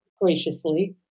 graciously